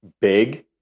big